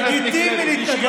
לגיטימי להתנגד